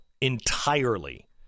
entirely